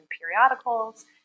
periodicals